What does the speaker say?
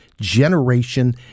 Generation